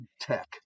tech